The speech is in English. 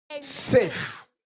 safe